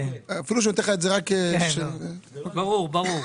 אוקיי, הלאה.